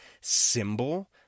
symbol